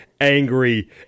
angry